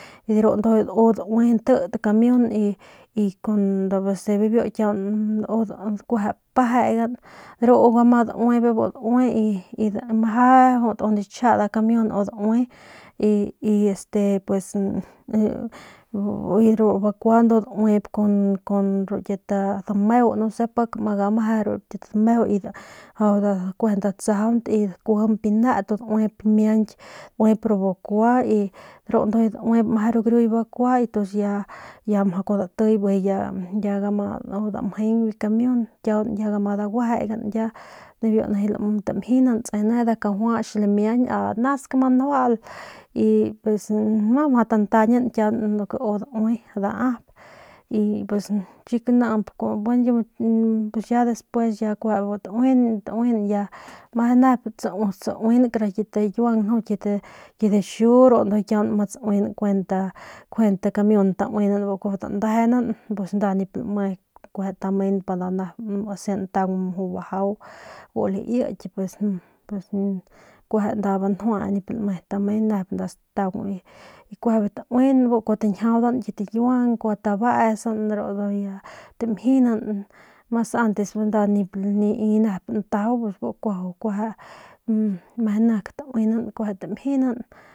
De ru u daui nti ti kamiun y y y kun bese bibiu kiaun kueje pejegan ru u ma daui be bu daui y meje njuande xiñchja nda kamiun u daui y y pues este e y ru bakua ndu dauip kun kun kit a dameu no se pik gama gameje ru kit dameu kueje mjau datsajaunt y dakuijimp biu ne y daip miañki dauip ru bakua y ru ndujuy dauip meje ru gariuy bakua y kun datiy ya gama damjeng biu kamiun ya kiaun gama daguejegan ya nijiy tamjinan kutse ne kajuach lamiañ ast kanask ma njual y pues no mjau tantañan kiaun lo que u daui daap y pues chiñi namp gueno ya despues bijiy bu taui bijiy bu tauin meje nep tsauin kit akiuang nju kit dixu de ru njuy ma tsauin kuenta ta kuenta ta kamiun bu kuajau tantejen pus nda nip lame kueje tamen pa ntaung asi nep ntaung jut bajau bu laiki pus pus kueje nda banjue npi lame tamen nep nda stataung y kueje bijiy taun bu kuajau tañjiaudan kit akiuang kuajau tabesan ru tamjinan mas antes bi nip lai nep ntajau bu kuajau kueje meje nep tauinan kueje tamjinan.